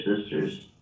sisters